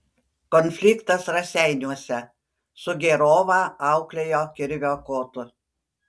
konfliktas raseiniuose sugėrovą auklėjo kirvio kotu